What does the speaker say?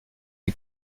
est